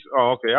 okay